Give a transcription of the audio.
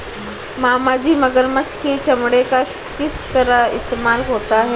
मामाजी मगरमच्छ के चमड़े का किस तरह इस्तेमाल होता है?